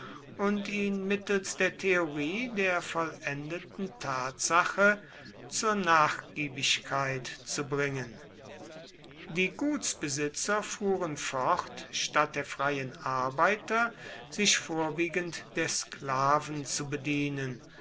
und ihn mittels der theorie der vollendeten tatsache zur nachgiebigkeit zu bringen die gutsbesitzer fuhren fort statt der freien arbeiter sich vorwiegend der sklaven zu bedienen